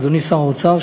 אדוני שר האוצר,